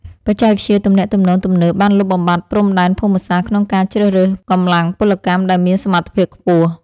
បច្ចេកវិទ្យាទំនាក់ទំនងទំនើបបានលុបបំបាត់ព្រំដែនភូមិសាស្ត្រក្នុងការជ្រើសរើសកម្លាំងពលកម្មដែលមានសមត្ថភាពខ្ពស់។